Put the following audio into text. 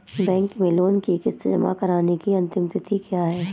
Bank में loan की किश्त जमा कराने की अंतिम तिथि क्या है?